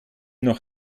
noch